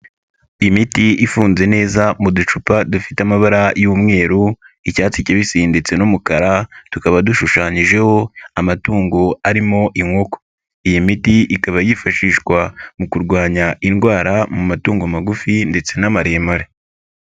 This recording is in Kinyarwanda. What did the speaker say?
Imiti ifunze neza mu ducupa dufite amabara y'umweru icyatsi kibisi ndetsetse n'umukara tukaba dushushanyijeho amatungo arimo inkoko iyi miti ikaba yifashishwa mu kurwanya indwara mu matungo magufi ndetse n'amaremare.